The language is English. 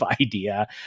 idea